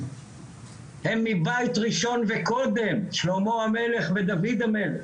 הם מבית ראשון וקודם שלמה המלך ודוד המלך,